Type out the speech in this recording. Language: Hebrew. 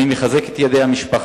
אני מחזק את ידי המשפחה